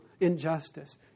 injustice